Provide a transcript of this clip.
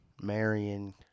Marion